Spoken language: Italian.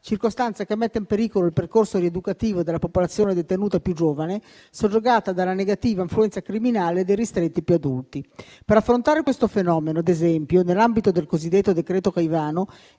circostanza che mette in pericolo il percorso rieducativo della popolazione detenuta più giovane, surrogata dalla negativa influenza criminale dei ristretti più adulti. Per affrontare questo fenomeno, ad esempio, nell'ambito del cosiddetto decreto Caivano,